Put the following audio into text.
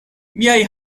miaj